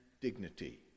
dignity